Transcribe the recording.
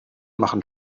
machen